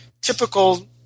typical